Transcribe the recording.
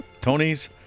Tony's